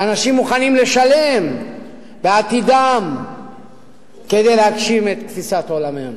שאנשים מוכנים לשלם בעתידם כדי להגשים את תפיסת עולמם.